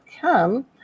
come